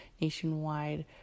nationwide